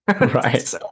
Right